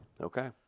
Okay